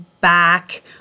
back